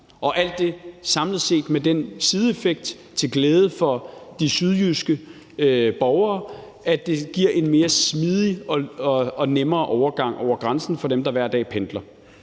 alt det har samlet set den sideeffekt til glæde for de sydjyske borgere, at det giver en mere smidig og nem overgang over grænsen for dem, der hver dag pendler.